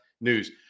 news